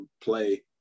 play